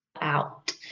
out